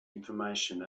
information